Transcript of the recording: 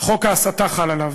חוק ההסתה חל עליו.